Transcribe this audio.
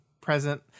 present